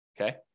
okay